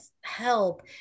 help